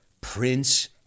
Prince